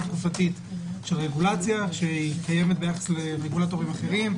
תקופתית של רגולציה שקיימת ביחס לרגולטורים אחרים,